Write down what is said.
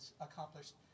accomplished